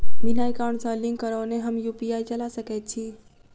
बिना एकाउंट सँ लिंक करौने हम यु.पी.आई चला सकैत छी?